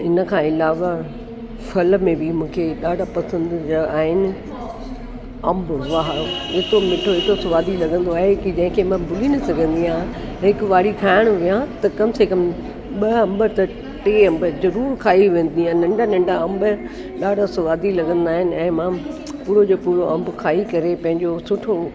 इन खां इलावा फल में बि मूंखे ॾाढा पसंदीदा आहिनि अंबु हिकु मिठो हिकु सवादी लॻंदो आहे कि कंहिं कंहिंमहिल भुली न सघंदी आहियां हिक वारी खाइणु वेहा त कम से कम ॿ अंब टे अंब खाई वेंदी आहियां नंढा नंढा अंब ॾाढा सवादी लॻंदा आहिनि ऐं मां पूरो जो पूरो अंबु खाई करे पंहिंजो सुठो